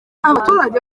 abaturage